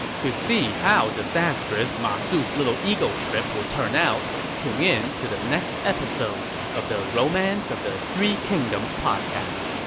to see how disastrous ma su's little ego trip will turn out, tune in to the next episode of the romance of the three kingdoms podcast.